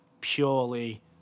purely